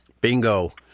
Bingo